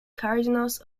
cardinals